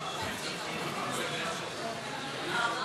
גברתי היושבת-ראש,